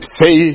say